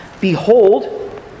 Behold